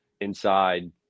inside